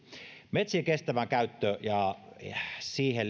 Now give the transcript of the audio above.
metsien kestävä käyttö ja siihen